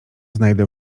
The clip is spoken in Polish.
znajdę